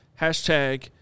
Hashtag